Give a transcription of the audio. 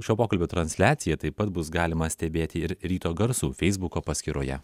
šio pokalbio transliaciją taip pat bus galima stebėti ir ryto garsų feisbuko paskyroje